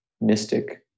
mystic